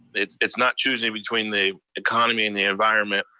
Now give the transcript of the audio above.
it's it's not choosing between the economy and the environment,